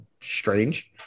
strange